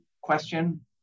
question